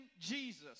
Jesus